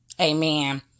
Amen